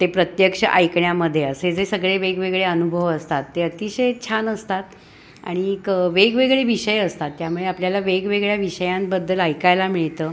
ते प्रत्यक्ष ऐकण्यामध्ये असे जे सगळे वेगवेगळे अनुभव असतात ते अतिशय छान असतात आणि एक वेगवेगळे विषय असतात त्यामुळे आपल्याला वेगवेगळ्या विषयांबद्दल ऐकायला मिळतं